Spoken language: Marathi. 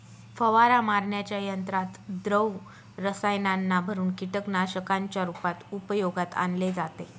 फवारा मारण्याच्या यंत्रात द्रव रसायनांना भरुन कीटकनाशकांच्या रूपात उपयोगात आणले जाते